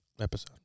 Episode